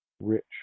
rich